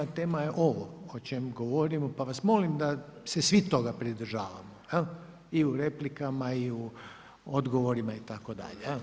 Tema je ovo o čem govorimo, pa vas molim da se svi toga pridržavamo i u replikama i u odgovorima itd.